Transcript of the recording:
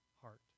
heart